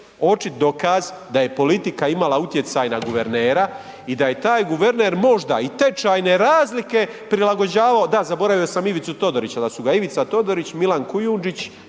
očit dokaz da je politika imala utjecaj na guvernera i da je taj guverner možda i tečajne razlike prilagođavao, da zaboravio sam Ivicu Todorića, da su ga Ivica Todorić, Milan Kujundžić,